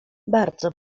bardzo